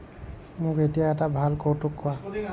মোক এতিয়া এটা ভাল কৌতুক কোৱা